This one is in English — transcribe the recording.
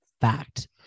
fact